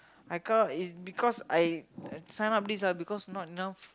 I come is because I sign up this because not enough